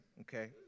okay